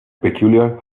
peculiar